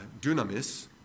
dunamis